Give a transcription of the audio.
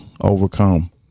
overcome